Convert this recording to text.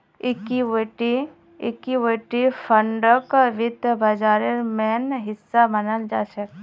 equity फंडक वित्त बाजारेर मेन हिस्सा मनाल जाछेक